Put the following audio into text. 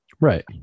Right